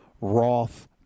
Roth